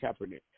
Kaepernick